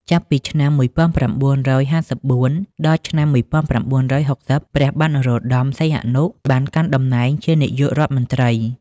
ចាប់ពីឆ្នាំ ១៩៥៤ ដល់ឆ្នាំ ១៩៦០ ព្រះបាទ នរោត្តម សីហនុ បានកាន់តំណែងជានាយករដ្ឋមន្ត្រី។